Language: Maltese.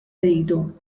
iridu